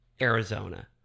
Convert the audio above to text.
Arizona